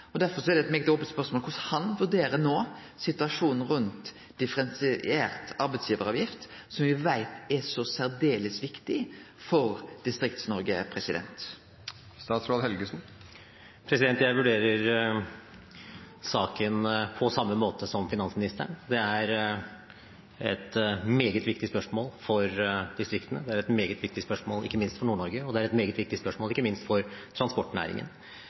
er derfor korleis han no vurderer situasjonen rundt differensiert arbeidsgjevaravgift, som me veit er særdeles viktig for Distrikts-Noreg. Jeg vurderer saken på samme måte som finansministeren. Det er et meget viktig spørsmål for distriktene, det er et meget viktig spørsmål ikke minst for Nord-Norge, og det er et meget viktig spørsmål ikke minst for transportnæringen.